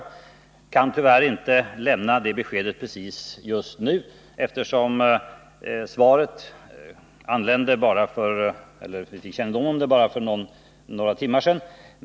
Jag kan tyvärr inte lämna det beskedet just nu, eftersom vi fick kännedom om detta svar för bara några timmar sedan.